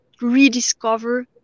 rediscover